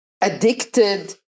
addicted